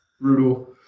Brutal